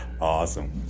awesome